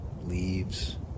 leaves